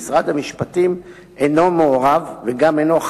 מחוק, כי נכונות שווה יותר מחוק.